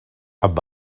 amb